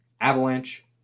Avalanche